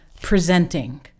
presenting